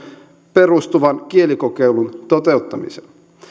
perustuvan kielikokeilun toteuttamiselle